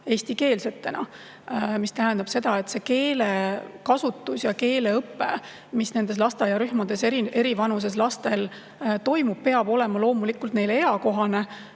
eestikeelsetena. See tähendab, et keelekasutus ja keeleõpe, mis nendes lasteaiarühmades eri vanuses lastel toimub, peab olema loomulikult neile eakohane